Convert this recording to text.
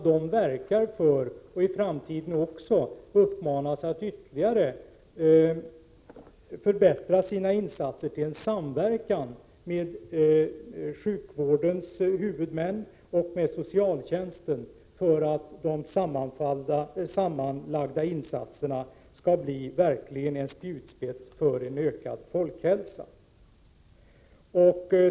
Den uppmanas att i framtiden ytterligare förbättra sina insatser för en samverkan med sjukvårdens huvudmän och med socialtjänsten för att de sammanlagda insatserna verkligen skall bli en spjutspets för en ökad folkhälsa.